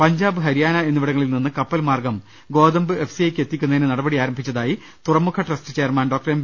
പഞ്ചാബ് ഹരിയാന എന്നി വിടങ്ങളിൽ നിന്ന് കപ്പൽമാർഗ്ഗം ഗോതമ്പ് എഫ് സി ഐ ക്ക് എത്തിക്കുന്നതിന് നടപടികൾ ആരംഭിച്ചതായി തുറമുഖ ട്രസ്റ്റ് ചെയർമാൻ ഡോക്ടർ എം